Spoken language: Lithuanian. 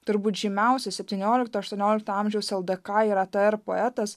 turbūt žymiausias septyniolikto aštuoniolikto amžiaus ldk ir atr poetas